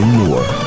more